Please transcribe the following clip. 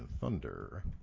Thunder